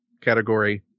category